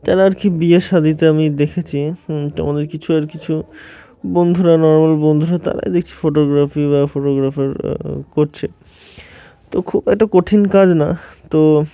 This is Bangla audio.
তারা আর কি বিয়ে শাদিতে আমি দেখেছি তো আমাদের কিছু আর কিছু বন্ধুরা নর্মাল বন্ধুরা তারাই দেখছি ফটোগ্রাফি বা ফটোগ্রাফার করছে তো খুব একটা কঠিন কাজ না তো